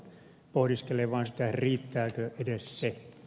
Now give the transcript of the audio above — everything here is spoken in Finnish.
pohdiskelen vain sitä riittääkö edes se